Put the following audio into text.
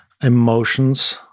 emotions